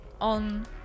on